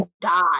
die